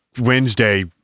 Wednesday